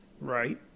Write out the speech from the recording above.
Right